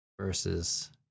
versus